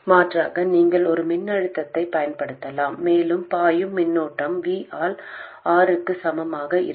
மாற்றாக நீங்கள் ஒரு மின்னழுத்தத்தையும் பயன்படுத்தலாம் மேலும் பாயும் மின்னோட்டம் V ஆல் Rக்கு சமமாக இருக்கும்